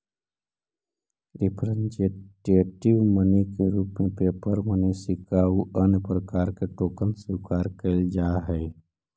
representative money के रूप में पेपर मनी सिक्का आउ अन्य प्रकार के टोकन स्वीकार कैल जा हई